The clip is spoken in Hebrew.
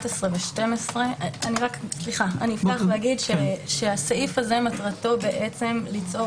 אני אפתח ואגיד שמטרת הסעיף הזה ליצור